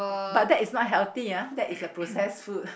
but that is not healthy ah that is a process food